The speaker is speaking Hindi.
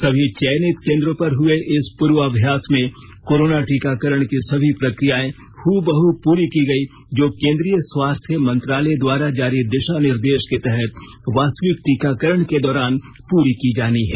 सभी चयनित केंद्रों पर हुए इस पूर्वाभ्यास में कोरोना टीकाकरण की सभी प्रक्रियाएं हूबहू पूरी की गईं जो केंद्रीय स्वास्थ्य मंत्रालय द्वारा जारी दिशा निर्देश के तहत वास्तविक टीकाकरण के दौरान पूरी की जानी हैं